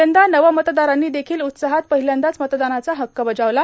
यंदा नवमतदारांनी देखील उत्साहात पहिल्यांदा मतदानाचा हक्क बजावला